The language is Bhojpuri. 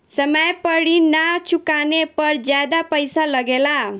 समय पर ऋण ना चुकाने पर ज्यादा पईसा लगेला?